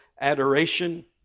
adoration